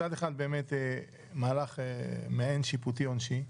מצד אחד באמת מהלך מעין שיפוטי או עונשי,